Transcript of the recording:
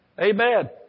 Amen